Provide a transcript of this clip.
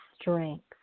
strength